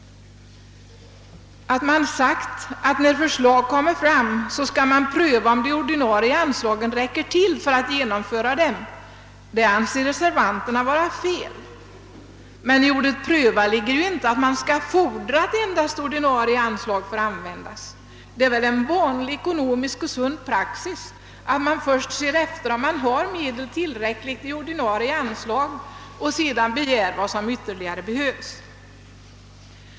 Att man sagt att man, när förslag läggs fram skall pröva om de ordinarie anslagen räcker till för att genomföra dem anser reservanterna vara ett fel. I ordet pröva ligger dock inte att man skall fordra att endast ordinarie anslag får användas. Det är väl en vanlig, sund ekonomisk praxis att man först ser efter om man har tillräckliga medel i ordinarie anslag och sedan begär vad som ytterligare behövs.